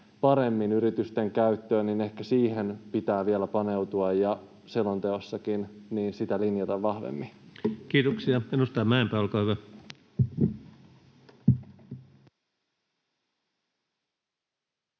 paremmin yritysten käyttöön, pitää vielä paneutua ja selonteossakin sitä linjata vahvemmin. Kiitoksia. — Edustaja Mäenpää, olkaa hyvä.